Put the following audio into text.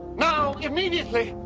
now! immediately!